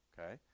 Okay